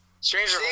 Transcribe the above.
Stranger